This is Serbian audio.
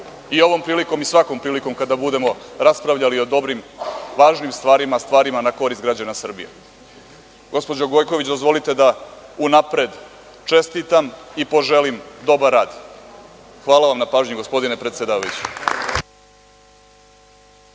i ovom prilikom i svakom prilikom kada budemo raspravljali o dobrim, važnim stvarima, stvarima na korist građana Srbije. Gospođo Gojković, dozvolite da unapred čestitam i poželim dobar rad. Hvala vam na pažnji gospodine predsedavajući.